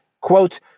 Quote